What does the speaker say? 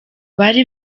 bari